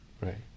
Right